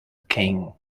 king